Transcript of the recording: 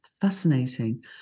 fascinating